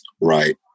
right